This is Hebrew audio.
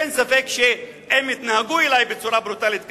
אין ספק שאם התנהגו אלי בצורה ברוטלית כזאת,